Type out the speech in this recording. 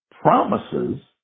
promises